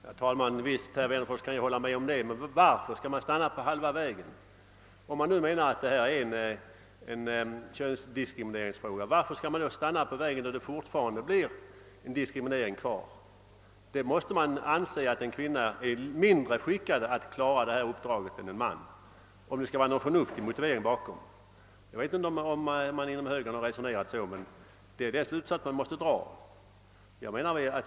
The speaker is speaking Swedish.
Herr talman! Det kan jag visst hålla med om, herr Wennerfors, men varför skall man stanna på halva vägen? Om man nu anser att det är fråga om könsdiskriminering, varför skall man stanna på halva vägen och låta diskrimineringen kvarstå? Om det ligger något förnuft bakom motionerna anser tydligen motionärerna att en kvinna är mindre skickad att klara ett dylikt uppdrag än en man. Jag vet inte om ni har resonerat så inom högern, men den slutsatsen måste man dra.